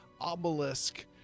obelisk